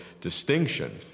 distinction